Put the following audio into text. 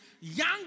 young